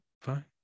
fine